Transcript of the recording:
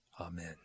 Amen